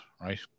right